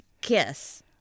Kiss